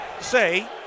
say